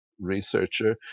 researcher